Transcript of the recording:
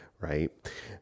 right